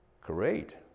Great